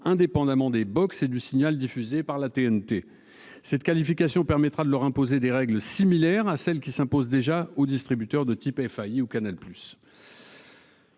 indépendamment des box et du signal diffusé par la TNT cette qualification permettra de leur imposer des règles similaires à celles qui s'imposent déjà aux distributeurs de type FAI ou Canal